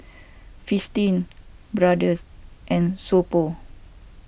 Fristine Brother and So Pho